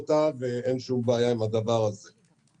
ואין עם הדבר הזה שום בעיה.